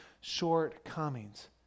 shortcomings